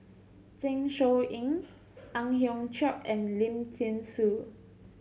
Zeng Shouyin Ang Hiong Chiok and Lim Thean Soo